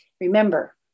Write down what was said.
Remember